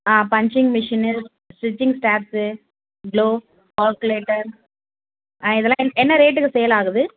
ஆ punching மிஷின்னு stitching tape க்ளோ calculator ஆ இதெல்லாம் என் என்ன ரேட்டுக்கு சேலாகுது